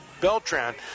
Beltran